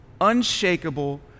unshakable